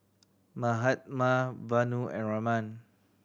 Mahatma Vanu and Raman